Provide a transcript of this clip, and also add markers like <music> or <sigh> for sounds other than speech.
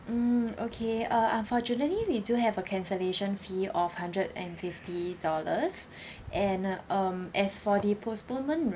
mm okay uh unfortunately we do have a cancellation fee of hundred and fifty dollars <breath> and um as for the postponement